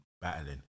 battling